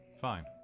Fine